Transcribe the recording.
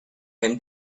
him